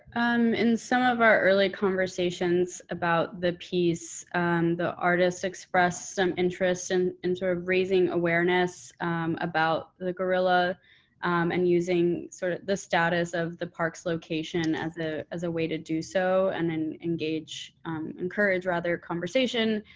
i'm in some of our early conversations about the peace and the artists expressed um interest in and into a raising awareness about the the gorilla and using sort of the status of the parks location as a as a way to do so and then engage encourage rather conversation.